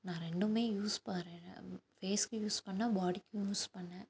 நான் ரெண்டுமே யூஸ் ஃபேஸ்ஸுக்கு யூஸ் பண்ணிணேன் பாடிக்கும் யூஸ் பண்ணிணேன்